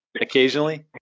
Occasionally